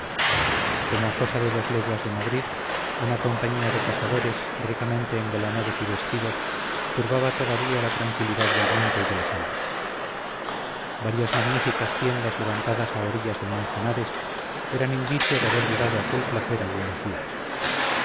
como a cosa de dos leguas de madrid una compañía de cazadores ricamente engalanados y vestidos turbaba todavía la tranquilidad del monte y de la selva varias magníficas tiendas levantadas a orillas del manzanares eran indicio de haber durado aquel placer algunos días